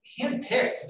handpicked